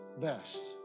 best